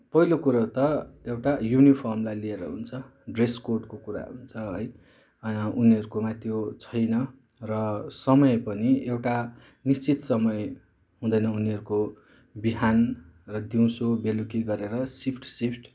पहिलो कुरो त एउटा युनिफर्मलाई लिएर हुन्छ ड्रेसकोडको कुरा हुन्छ है उनीहरूकोमा त्यो छैन र समय पनि एउटा निश्चित समय हुँदैन उनीहरूको बिहान र दिउँसो बेलुकी गरेर सिफ्ट सिफ्ट